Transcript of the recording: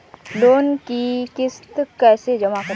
Loan की किश्त कैसे जमा करें?